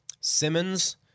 Simmons